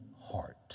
heart